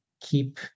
keep